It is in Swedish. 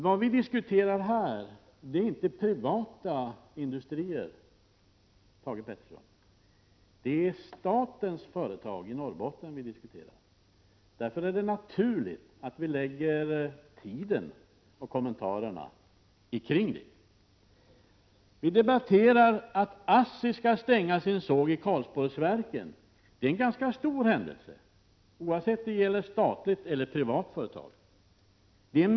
Vad vi diskuterar nu är inte privata industrier, Thage G Peterson, utan statens företag i Norrbotten. Därför är det naturligt att vi gör våra kommentarer kring detta. Vi debatterar frågan om att ASSI skall stänga sin såg i Karlsborgsverken. Det är en ganska stor händelse oavsett om det gäller ett statligt eller ett privat företag.